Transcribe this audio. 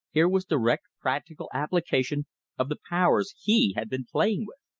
here was direct practical application of the powers he had been playing with.